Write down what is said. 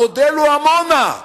המודל הוא עמונה,